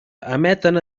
emeten